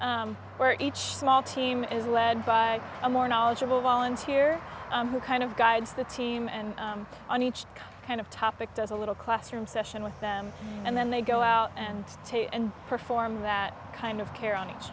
where each small team is led by a more knowledgeable volunteer who kind of guides the team and on each kind of topic does a little classroom session with them and then they go out and take and perform that kind of care on